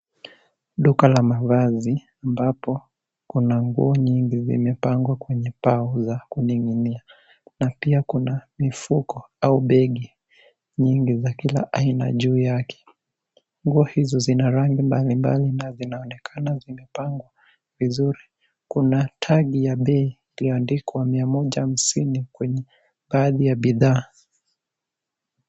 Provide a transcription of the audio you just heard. Duka la mavazi ambapo kuna nguo nyingi zimepangwa kwenye bao za kuning'inia na pia kuna mifuko au begi za kila aina juu yake. Nguo hizo zina rangi mbalimbali na zinaonekana zimepangwa vizuri na kuna tag ya bei imeandikwa Mia moja hamsini kwenye baadhi ya bidhaa.